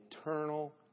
eternal